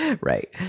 right